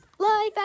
Life